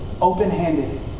Open-handed